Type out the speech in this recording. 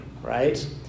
right